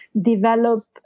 develop